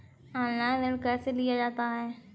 Online ऋण कैसे लिया जाता है?